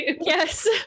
Yes